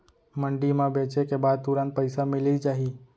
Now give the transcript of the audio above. मंडी म बेचे के बाद तुरंत पइसा मिलिस जाही?